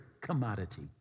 commodity